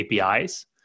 APIs